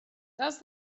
does